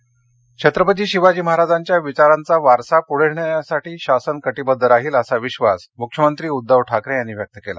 शिव जयंती छत्रपती शिवाजी महाराजांच्या विचारांचा वारसा पूढे नेण्यासाठी शासन कटिबध्द राहील असा विश्वास मूख्यमंत्री उध्दव ठाकरे यांनी व्यक्त केला